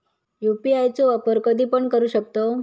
UPI चो वापर कधीपण करू शकतव?